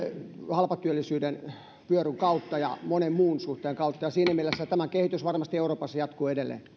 halpatyöllisyyden vyöryn kautta ja monen muun suhteen kautta ja siinä mielessä tämän kehitys varmasti euroopassa jatkuu edelleen